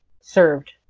served